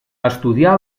estudià